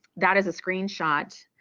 that is a screenshot